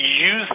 use